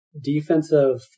defensive